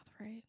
right